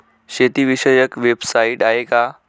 शेतीविषयक वेबसाइट आहे का?